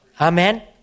Amen